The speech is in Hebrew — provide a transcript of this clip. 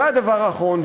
והדבר האחרון,